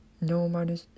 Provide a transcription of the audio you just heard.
normal